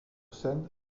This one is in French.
scène